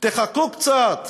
תחכו קצת.